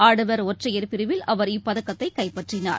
ஆடவர் ஒற்றையர் பிரிவில் அவர் இப்பதக்கத்தைகைப்பற்றினார்